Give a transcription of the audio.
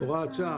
הוראת שעה.